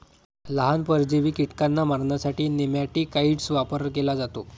लहान, परजीवी कीटकांना मारण्यासाठी नेमॅटिकाइड्सचा वापर केला जातो